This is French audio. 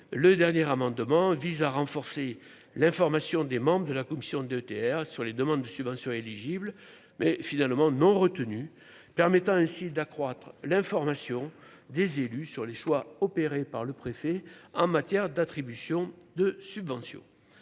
le dernier amendement vise à renforcer l'information des membres de la commission DETR sur les demandes de subventions éligible mais finalement non retenue, permettant ainsi d'accroître l'information des élus sur les choix opérés par le préfet en matière d'attribution de subventions,